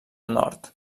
nord